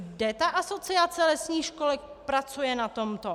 Kde Asociace lesních školek pracuje na tomto?